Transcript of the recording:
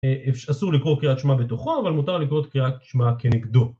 אסור לקרוא קריאת שמע בתוכו, אבל מותר לקרוא קריאת שמע כנגדו